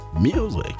music